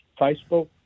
Facebook